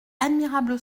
admirable